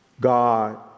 God